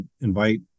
invite